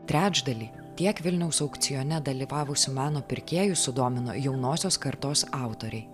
trečdalį tiek vilniaus aukcione dalyvavusių mano pirkėjų sudomino jaunosios kartos autoriai